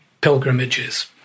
pilgrimages